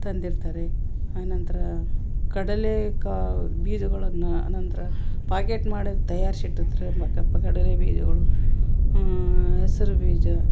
ತಂದಿರ್ತಾರೆ ಆನಂತರ ಕಡಲೆ ಕಾ ಬೀಜಗಳನ್ನು ಆನಂತರ ಪಾಕೇಟ್ ಮಾಡಿ ತಯಾರಿಸಿಟ್ಟಿರ್ತಾರೆ ಮ ಕಪ್ಪು ಕಡಲೆ ಬೀಜಗಳು ಹೆಸರು ಬೀಜ